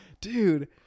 dude